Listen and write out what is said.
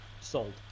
Sold